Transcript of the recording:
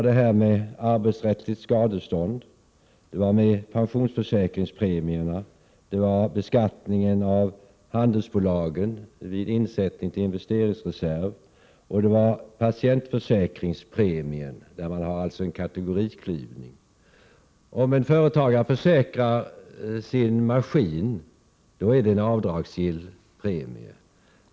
Det gäller arbetsrättsligt skadestånd, pensionsförsäkringspremierna, beskattningen av handelsbolag vid avsättning till investeringsreserv och patientförsäkringspremien, där det finns en kategoriklyvning. Om en företagare försäkrar sin maskin är premien avdragsgill.